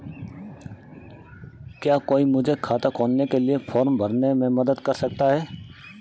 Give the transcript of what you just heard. क्या कोई मुझे खाता खोलने के लिए फॉर्म भरने में मदद कर सकता है?